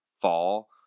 fall